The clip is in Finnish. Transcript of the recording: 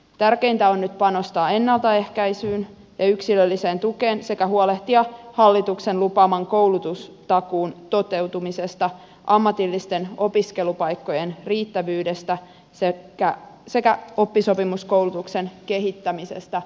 tärkeintä on nyt panostaa ennaltaehkäisyyn ja yksilölliseen tukeen sekä huolehtia hallituksen lupaaman koulutustakuun toteutumisesta ammatillisten opiskelupaikkojen riittävyydestä sekä oppisopimuskoulutuksen kehittämisestä houkuttelevammaksi